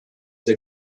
der